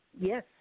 Yes